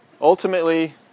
ultimately